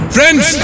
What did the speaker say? Friends